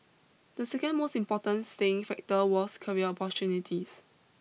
the second most important staying factor was career opportunities